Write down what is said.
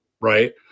right